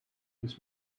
this